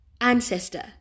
ancestor